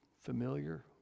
familiar